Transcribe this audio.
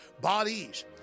Bodies